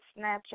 Snapchat